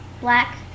black